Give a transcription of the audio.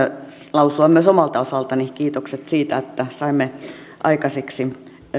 lausua myös omalta osaltani kiitokset siitä että saimme aikaiseksi